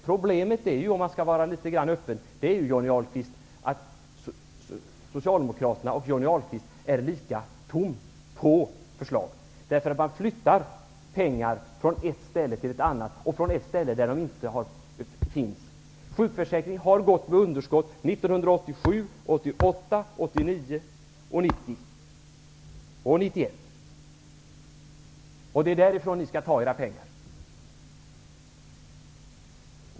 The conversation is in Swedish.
Problemet är ju, om man nu skall vara öppen, att Socialdemokraterna och Johnny Ahlqvist är lika tomma på förslag. Man flyttar pengar från ett ställe till ett annat, från ett ställe där det inte finns pengar. Sjukförsäkringen har gått med underskott 1987, 1988, 1989, 1990 och 1991. Det är därifrån ni skall ta era pengar.